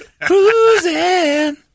Cruising